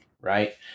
Right